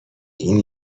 این